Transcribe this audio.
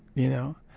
you know?